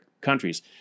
countries